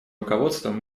руководством